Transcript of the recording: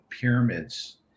pyramids